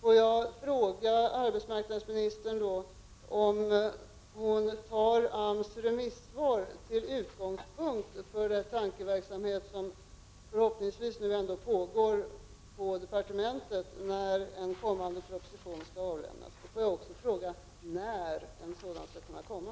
Får jag fråga arbetsmarknadsministern om hon tar AMS remissvar till utgångspunkt för den tankeverksamhet som förhoppningsvis pågår på departementet när en kommande proposition skall avlämnas. Får jag också fråga när en sådan proposition kan komma.